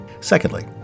Secondly